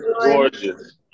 gorgeous